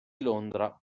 londra